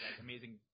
amazing